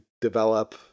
develop